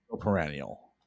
perennial